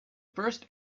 first